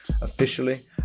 officially